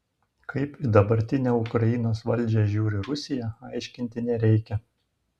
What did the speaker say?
kaip į dabartinę ukrainos valdžią žiūri rusija aiškinti nereikia